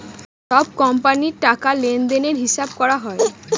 সব কোম্পানির টাকা লেনদেনের হিসাব করা হয়